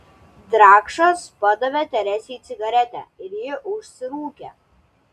drakšas padavė teresei cigaretę ir ji užsirūkė